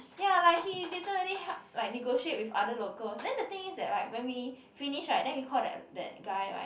ya like he literally help like negotiate with other locals then the thing is that right when we finish right then we call that that guy right